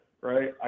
right